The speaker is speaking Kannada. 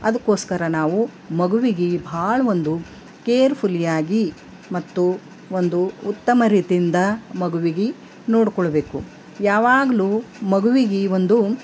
ಅದಕ್ಕೋಸ್ಕರ ನಾವು ಮಗುವಿಗೆ ಬಹಳ ಒಂದು ಕೇರ್ಫುಲಿಯಾಗಿ ಮತ್ತು ಒಂದು ಉತ್ತಮ ರೀತಿಯಿಂದ ಮಗುವಿಗೆ ನೋಡಿಕೊಳ್ಬೇಕು ಯಾವಾಗಲೂ ಮಗುವಿಗೆ ಒಂದು